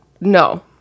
No